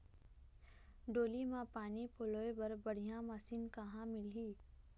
डोली म पानी पलोए बर बढ़िया मशीन कहां मिलही?